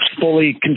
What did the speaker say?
fully